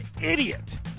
idiot